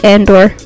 Andor